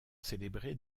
célébrées